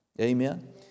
Amen